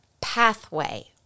pathway